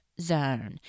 zone